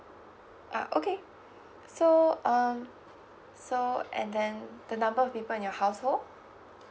ah okay so um so and then the number of people in your household